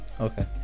okay